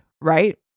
right